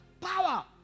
Power